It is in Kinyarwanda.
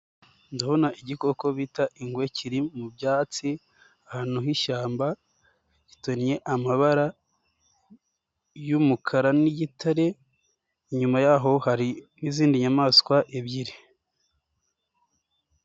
Ndabona igikoko bita ingwe kiri mu byatsi ahantu h'ishyamba gitonnye amabara y'umukara n'igitare inyuma yaho hari n'izindi nyamaswa ebyiri.